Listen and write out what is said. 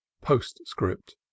Postscript